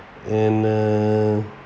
and uh